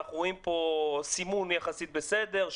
אנחנו רואים פה סימון יחסית בסדר,